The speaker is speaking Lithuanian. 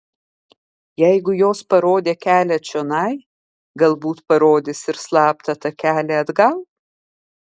jeigu jos parodė kelią čionai galbūt parodys ir slaptą takelį atgal